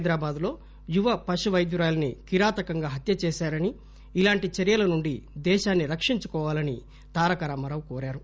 హైదరాబాద్ లో యువ పశువైద్యురాలిని కిరాతకంగా హత్య చేశారని ఇలాంటి చర్యల నుండి దేశాన్ని రక్షించుకోవాలని తారకరామారావు కోరారు